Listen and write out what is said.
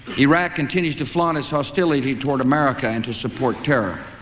iraq continues to flaunt its hostility toward america and to support terror.